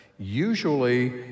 usually